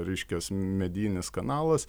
reiškias medijinis kanalas